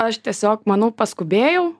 aš tiesiog manau paskubėjau